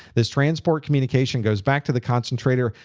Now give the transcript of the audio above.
this transport communication goes back to the concentrator.